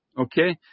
okay